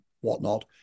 whatnot